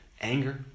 anger